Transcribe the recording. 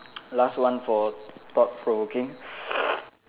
last one for thought provoking